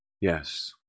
Yes